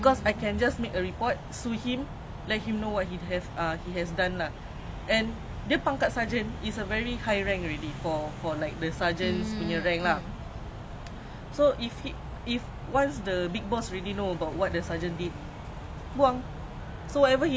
ya okay I think I agree also but then the thing is I'm not trying to say that we are as women are not strong or what it's just like K we can macam move on to the topic of like the whole like sexism misogynistic ideology in singapore like do you do you nampak the news baru keluar like ah this chinese man